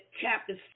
chapter